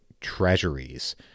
treasuries